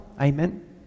Amen